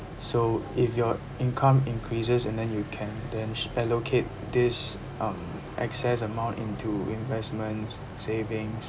so if your income increases and then you can then ch~ allocate this um excess amount into investments savings